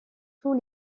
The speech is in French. tous